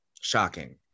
Shocking